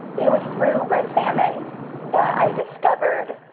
it was through red famine that i discovered